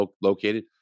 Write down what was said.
located